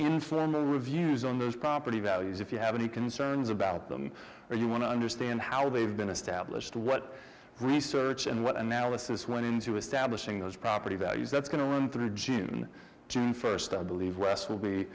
informal reviews on those property values if you have any concerns about them or you want to understand how they've been established what research and what analysis went into establishing those property values that's going to run through june june first i believe west will be